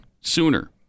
sooner